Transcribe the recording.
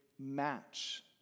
match